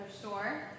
sure